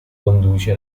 conduce